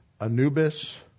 Anubis